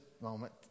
moment